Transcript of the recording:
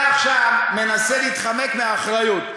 אתה עכשיו מנסה להתחמק מאחריות.